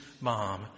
mom